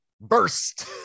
burst